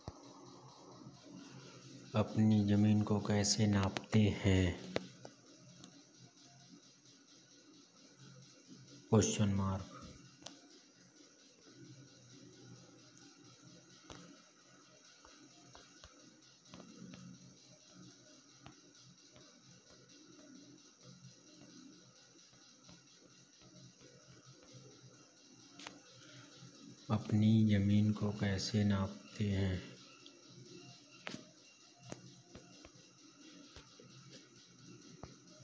अपनी जमीन को कैसे नापते हैं?